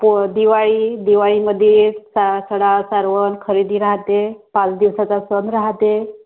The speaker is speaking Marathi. पो दिवाळी दिवाळीमध्ये सा सडा सारवण खरेदी राहते पाच दिवसाचा सण राहते